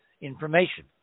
information